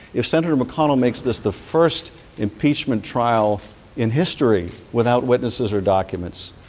if senator mcconnell makes this the first impeachment trial in history without witnesses or documents,